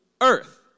earth